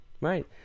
right